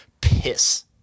Piss